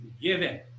given